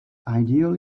ideal